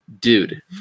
dude